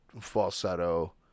falsetto